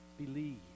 believe